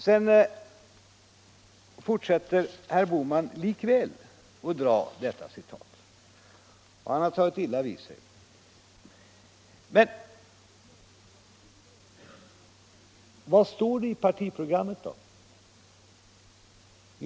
Herr Bohman fortsätter likväl att dra detta citat, och han har tagit illa vid sig när jag har talat om vad det egentligen gäller. Men vad säger partiprogrammet då?